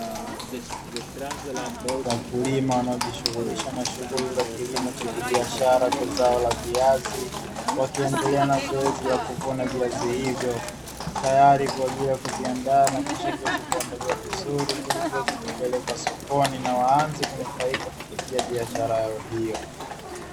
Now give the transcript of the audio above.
Wakulima wanaojishughulisha na shughuli za kilimo cha kibiashara cha zao la viazi wakiendelea na zoezi la kuvuna viazi hivyo, tayari kwa ajili ya kuviandaa na kisha kuweza kuandaliwa vizuri, ili kuweza kupelekwa sokoni na waanze kunufaika kupitia biashara yao hiyo.